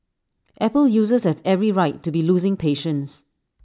apple users have every right to be losing patience